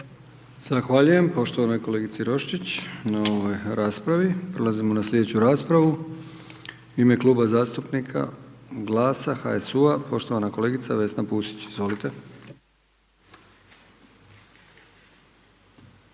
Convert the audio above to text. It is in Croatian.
Zahvaljujem poštovanoj kolegici Roščić na ovoj raspravi. Prelazimo na sljedeću raspravu. U ime Kluba zastupnika GLAS-a, HSU-a poštovana kolegica Vesna Pusić. Izvolite.